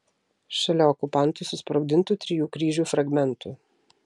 šalia okupantų susprogdintų trijų kryžių fragmentų